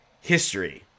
History